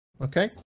Okay